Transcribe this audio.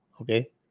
Okay